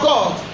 God